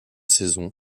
saison